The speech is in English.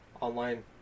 online